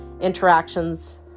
interactions